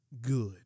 good